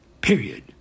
period